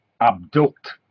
abduct